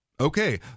Okay